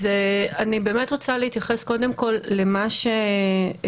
אני רוצה להתייחס קודם כל לבחירה